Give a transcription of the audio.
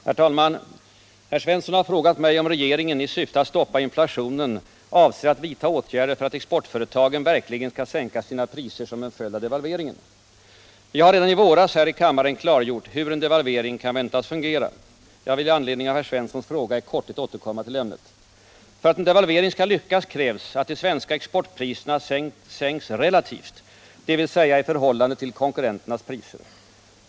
21, och anförde: Herr talman! Jörn Svensson har frågat mig om regeringen, i syfte att stoppa inflationen, avser att vidta åtgärder för att exportföretagen verk ligen skall sänka sina priser som en följd av devalveringen. Nr 10 Jag har redan i våras här i kammaren klargjort hur en devalvering Tisdagen den kan väntas fungera. Jag vill i anledning av Jörn Svenssons fråga i korthet 18 oktober 1977 återkomma till ämnet. —— För att en devalvering skall lyckas krävs att de svenska exportpriserna Om åtgärder för att sänks relativt, dvs. i förhållande till konkurrenternas priser.